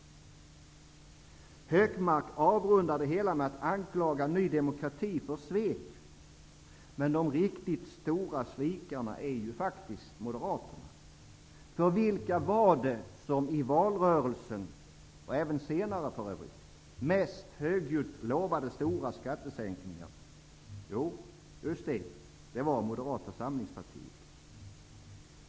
Hökmark avrundar det hela med att anklaga Ny demokrati för svek. Men de riktigt stora svikarna är ju faktiskt Moderaterna. För vilka var det som i valrörelsen, och även senare, mest högljutt lovade stora skattesänkningar? Jo, just det, Moderata samlingspartiet.